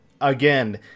again